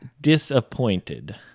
disappointed